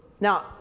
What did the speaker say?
now